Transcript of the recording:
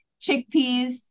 chickpeas